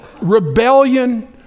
rebellion